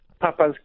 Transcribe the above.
Papa's